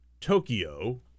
Tokyo